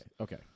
okay